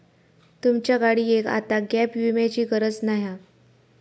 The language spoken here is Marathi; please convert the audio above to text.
तुमच्या गाडियेक आता गॅप विम्याची गरज नाय हा